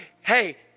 hey